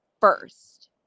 first